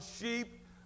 sheep